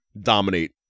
dominate